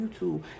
youtube